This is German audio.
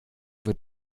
wird